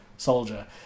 soldier